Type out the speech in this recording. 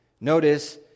Notice